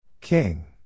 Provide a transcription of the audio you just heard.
King